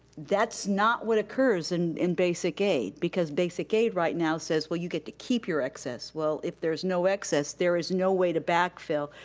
that's not what occurs and in basic aid. because basic aid right now says, well, you get to keep your excess. well, if there's no excess, there is no way to backfill,